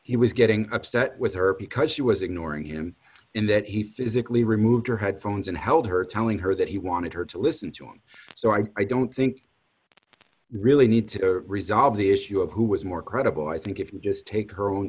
he was getting upset with her because she was ignoring him in that he physically removed her headphones and held her telling her that he wanted her to listen to him so i i don't think i really need to resolve the issue of who was more credible i think if you just take her own